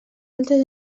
altres